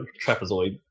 trapezoid